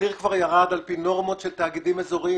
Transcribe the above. המחיר כבר ירד על פי נורמות של תאגידים אזוריים.